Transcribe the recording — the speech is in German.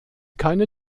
keine